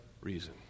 reason